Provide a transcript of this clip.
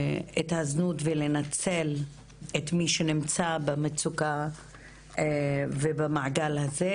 ולנצל את מי שנמצא במצוקה ובמעגל הזה,